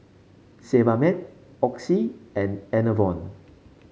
Sebamed Oxy and Enervon